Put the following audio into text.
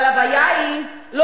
אבל הבעיה היא, חבל.